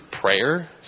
prayer